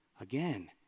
Again